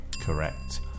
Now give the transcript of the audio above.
Correct